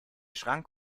schrank